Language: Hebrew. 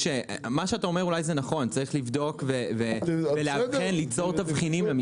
מה שאתה אומר אולי נכון וצריך לבדוק ולאבחן את המספרים.